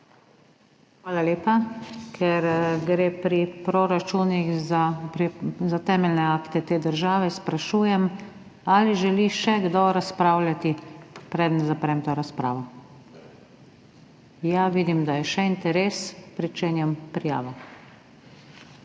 Hvala lepa. Ker gre pri proračunih za temeljne akte te države, sprašujem, ali želi še kdo razpravljati, preden zaprem to razpravo. Ja, vidim, da je še interes. Pričenjam prijavo.